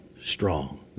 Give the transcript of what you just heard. strong